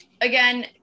again